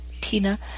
Tina